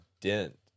dent